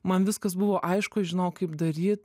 man viskas buvo aišku žinojau kaip daryt